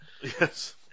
yes